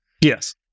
Yes